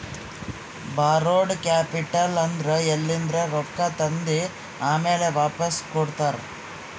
ಬಾರೋಡ್ capital ಅಂದುರ್ ಎಲಿಂದ್ರೆ ರೊಕ್ಕಾ ತಂದಿ ಆಮ್ಯಾಲ್ ವಾಪಾಸ್ ಕೊಡ್ತಾರ